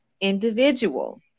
individual